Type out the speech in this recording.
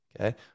okay